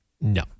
No